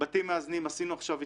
בתים מאזנים עשינו עכשיו התקשרויות.